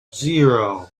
zero